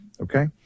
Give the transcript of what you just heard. okay